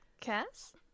Cass